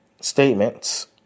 statements